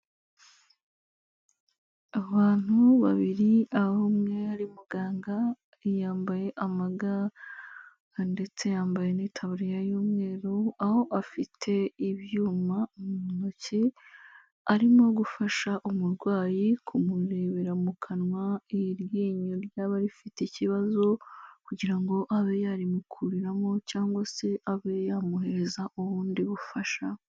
Abantu babiri aho umwe ari muganga yambaye amaga ndetse yambaye itaburiye y'umweru. Aho afite ibyuma mu ntoki, arimo gufasha umurwayi kumurebera mu kanwa iryinyo ryaba rifite ikibazo kugira ngo abe yarimukuriramo cyangwase abe yamuhereza ubundi bufasha.